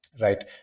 right